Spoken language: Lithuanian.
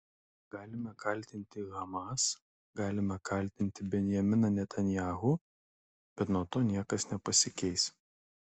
galime kaltinti hamas galime kaltinti benjaminą netanyahu bet nuo to niekas nepasikeis